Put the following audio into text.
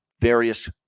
various